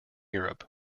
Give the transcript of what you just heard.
europe